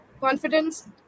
Confidence